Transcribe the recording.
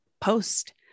post